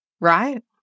right